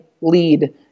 lead